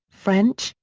french,